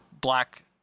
black